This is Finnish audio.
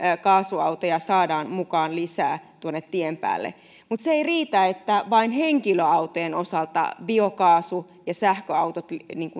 kaasuautoja saadaan lisää tuonne tien päälle mutta se ei riitä että vain henkilöautojen osalta biokaasu ja sähköautot